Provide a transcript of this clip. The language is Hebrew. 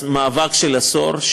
מאבק של עשור,